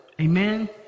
Amen